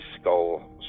skull